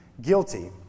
guilty